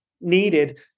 needed